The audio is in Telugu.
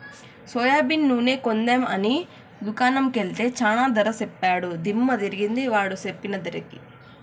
సోయాబీన్ నూనె కొందాం అని దుకాణం కెల్తే చానా ధర సెప్పాడు దిమ్మ దిరిగింది వాడు సెప్పిన ధరకి